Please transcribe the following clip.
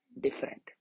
different